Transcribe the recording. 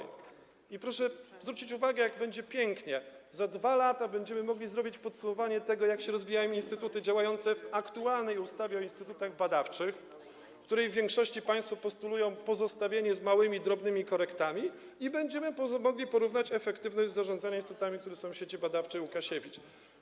I proszę zwrócić uwagę na to, jak będzie pięknie: za 2 lata będziemy mogli zrobić podsumowanie tego, jak się rozwijają instytuty działające na podstawie aktualnej ustawy o instytutach badawczych - w większości państwo postulują pozostawienie tego z małymi, drobnymi korektami - i będziemy mogli porównać z tym efektywność zarządzania instytutami, które są w Sieci Badawczej: Łukasiewicz.